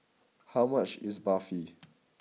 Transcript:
how much is Barfi